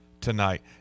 tonight